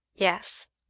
yes.